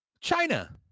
China